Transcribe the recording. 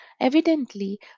Evidently